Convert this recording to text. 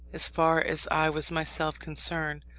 as far as i was myself concerned,